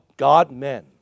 God-men